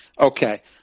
Okay